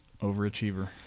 overachiever